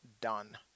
done